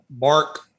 Mark